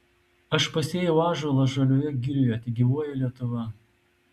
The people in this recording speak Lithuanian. aš pasėjau ąžuolą žalioje girioje tegyvuoja lietuva